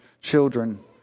children